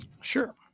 Sure